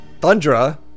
Thundra